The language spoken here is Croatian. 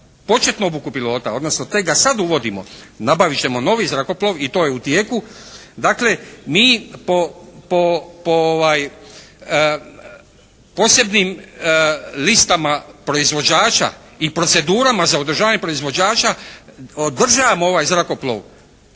početnu obuku pilota odnosno tek ga sad uvodimo, nabavit ćemo novi zrakoplov i to je u tijeku. Dakle, mi po posebnim listama proizvođača i procedurama za održavanje proizvođača održavamo ovaj zrakoplov